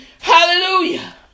Hallelujah